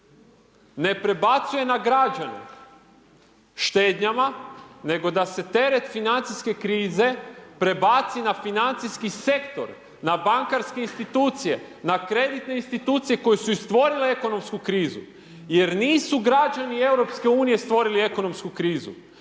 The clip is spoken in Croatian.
ne prebacuje na građane štednjama, nego da se teret financijske krize, prebaci na financijski sektor, na bankarske institucije, na kreditne institucije koje su i stvorile ekonomsku krizu, jer nisu građani Europske unije stvorili ekonomsku krizu.